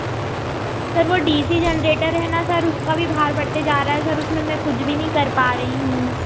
sir वह D C generator है ना सर उसका भी भार बढ़ते जा रहा है सर उसमें मैं कुछ भी नहीं कर पा रही हूँ